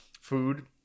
food